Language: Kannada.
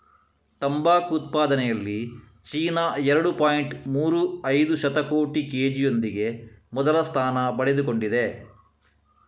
ತಂಬಾಕು ಉತ್ಪಾದನೆಯಲ್ಲಿ ಚೀನಾ ಎರಡು ಪಾಯಿಂಟ್ ಮೂರು ಐದು ಶತಕೋಟಿ ಕೆ.ಜಿಯೊಂದಿಗೆ ಮೊದಲ ಸ್ಥಾನ ಪಡೆದುಕೊಂಡಿದೆ